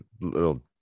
little